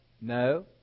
No